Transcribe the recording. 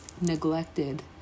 neglected